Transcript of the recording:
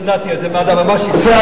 בסדר.